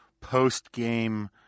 post-game